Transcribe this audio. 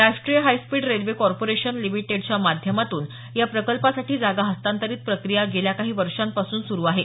राष्ट्रीय high speed rail corporation लिमिटेडच्या माध्यमातून या प्रकल्पासाठी जागा हस्तांतराची प्रक्रिया गेल्या काही वर्षांपासून सुरू आहे